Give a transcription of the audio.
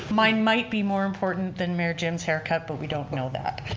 mine might be more important than mayor jim's haircut but we don't know that.